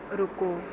ਰੁਕੋ